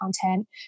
content